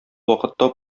вакытта